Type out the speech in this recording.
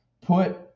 put